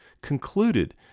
concluded